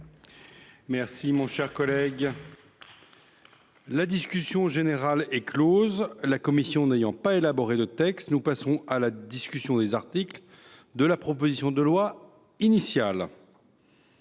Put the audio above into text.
proposition de loi. La discussion générale est close. La commission n’ayant pas élaboré de texte, nous passons à la discussion des articles de la proposition de loi initiale.